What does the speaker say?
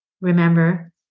Remember